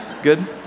good